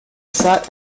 sat